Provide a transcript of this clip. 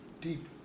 Deep